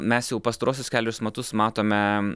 mes jau pastaruosius kelerius metus matome